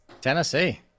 Tennessee